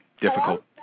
Difficult